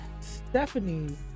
stephanie